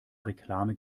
reklame